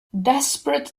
desperate